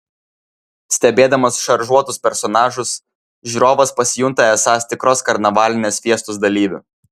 stebėdamas šaržuotus personažus žiūrovas pasijunta esąs tikros karnavalinės fiestos dalyviu